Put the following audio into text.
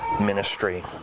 ministry